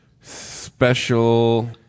special